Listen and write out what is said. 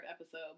episode